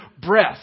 breath